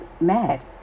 mad